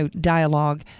dialogue